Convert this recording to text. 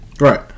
Right